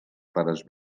pares